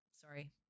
Sorry